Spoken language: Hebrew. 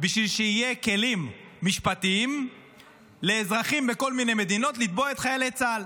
בשביל שיהיו כלים משפטיים לאזרחים בכל מיני מדינות לתבוע את חיילי צה"ל.